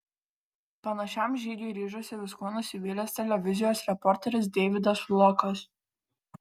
panašiam žygiui ryžosi viskuo nusivylęs televizijos reporteris deividas lokas